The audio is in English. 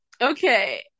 okay